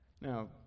Now